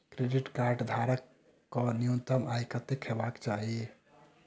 Credit card धारक कऽ न्यूनतम आय कत्तेक हेबाक चाहि?